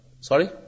Sorry